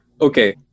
Okay